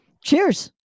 Cheers